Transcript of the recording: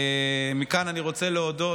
מכאן אני רוצה להודות,